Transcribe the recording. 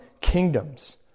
kingdoms